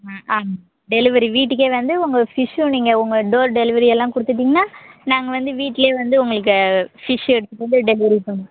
ம ஆமாங்க டெலிவரி வீட்டுக்கே வந்து உங்கள் ஃபிஷ்ஷும் நீங்கள் உங்கள் டோர் டெலிவரியெல்லாம் கொடுத்துட்டிங்னா நாங்கள் வந்து வீட்லையே வந்து உங்களுக்கு ஃபிஷ்ஷு எடுத்துகிட்டு வந்து டெலிவரி பண்ணுறோம்